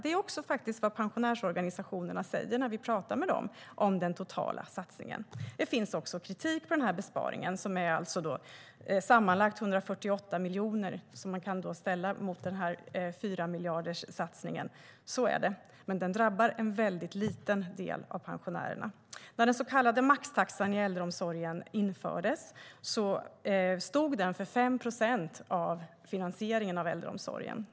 Det är också vad pensionärsorganisationerna säger när vi talar med dem om den totala satsningen. Det finns kritik mot besparingen på sammanlagt 148 miljoner - att ställas mot satsningen på 4 miljarder - men den drabbar en mycket liten del av pensionärerna. När maxtaxan i äldreomsorgen infördes stod den för 5 procent av finansieringen av äldreomsorgen.